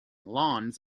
lawns